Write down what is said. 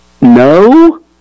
No